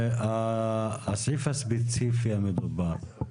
הסעיף הספציפי המדובר,